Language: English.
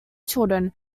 children